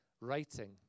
writing